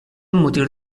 مدیر